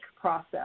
process